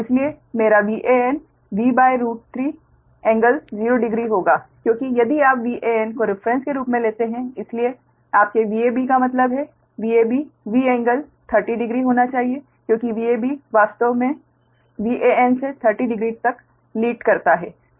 इसलिए मेरा Van V3 कोण 0 डिग्री होगा क्योंकि यदि आप Van को रेफरेंस के रूप में लेते हैं इसलिए आपके Vab का मतलब है Vab V∟300 डिग्री होना चाहिए क्योंकि Vab वास्तव में Van से 30 डिग्री तक लीड करता है